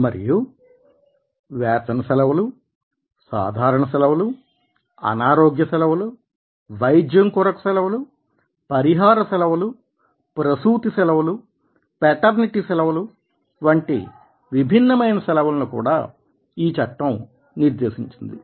మరియు వేతన సెలవులు సాధారణ సెలవులు అనారోగ్య సెలవులు వైద్యం కొరకు సెలవులు పరిహార సెలవులు ప్రసూతి సెలవులు పెటర్నిటీ సెలవులు వంటి విభిన్నమైన సెలవులను కూడా ఈ చట్టం నిర్దేశించింది